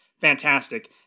fantastic